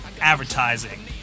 advertising